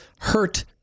hurt